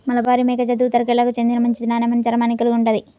మలబారి మేకజాతి ఉత్తర కేరళకు చెందిన మంచి నాణ్యమైన చర్మాన్ని కలిగి ఉంటుంది